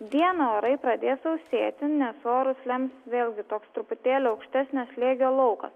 dieną orai pradės sausėti nes orus lems vėlgi toks truputėlį aukštesnio slėgio laukas